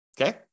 Okay